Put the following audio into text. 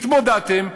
התמודדתם.